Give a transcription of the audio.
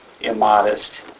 immodest